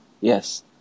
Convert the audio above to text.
yes